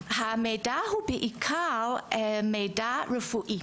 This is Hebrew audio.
המידע הוא בעיקר מידע רפואי.